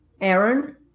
Aaron